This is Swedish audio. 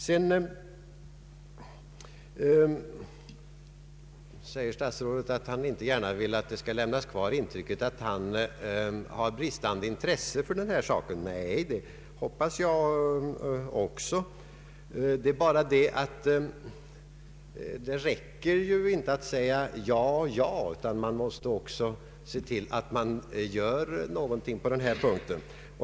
Statsrådet säger att han inte gärna vill att man skall få det intrycket att han har ett bristande intresse för denna sak. Nej, det hoppas jag också. Men det räcker inte att säga ja, ja, utan man måste också se till att något göres.